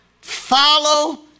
Follow